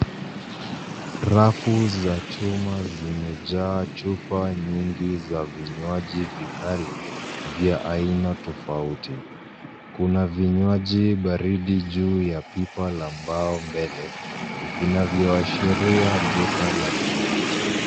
Rafu za chuma zimejaa chupa nyingi za vinywaji vikali vya aina tofauti. Kuna vinywaji baridi juu ya pipa la mbao mbele vinavyoashiria duka la vinywaji.